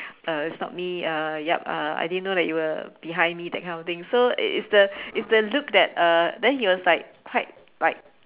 uh it's not me uh yup uh I didn't know that you were behind me that kind of thing so it's the it's the look that uh then he was like quite like